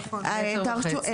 נכון, זו טעות, זה מטר וחצי.